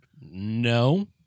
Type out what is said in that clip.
No